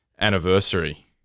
anniversary